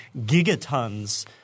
gigatons